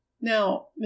Now